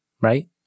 right